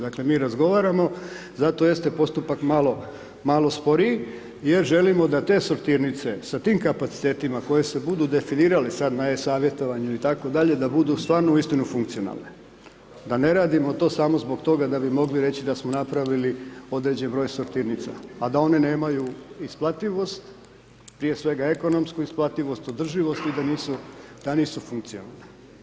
Dakle mi razgovaramo zato jeste postupak malo sporiji jer želimo da te sortirnice sa tim kapacitetima koje se budu definirale sada na e-savjetovanju itd., da budu stvarno u istinu funkcionalne, da ne radimo to samo zbog toga da bi mogli reći da smo napravili određeni broj sortirnica a da one nemaju isplativost, prije svega ekonomsku isplativost, održivost i da nisu funkcionalne.